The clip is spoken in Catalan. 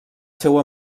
seu